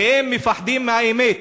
והם מפחדים מהאמת.